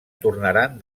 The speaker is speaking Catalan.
tornaran